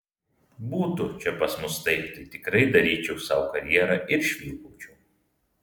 būtų čia pas mus taip tai tikrai daryčiau sau karjerą ir švilpaučiau